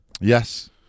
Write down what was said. Yes